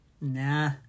nah